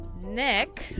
Nick